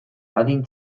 adin